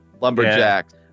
lumberjacks